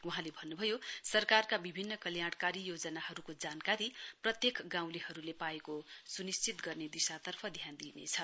वहांले भन्न्भयो सरकारका बिभिन्न कल्याण कारी योजनाहरूको जानकारी प्रत्येक गाउँलेहरूले पाएको स्निश्चित गर्ने दिशातर्फ ध्यान दिइनेछ